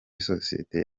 sosiyete